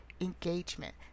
engagement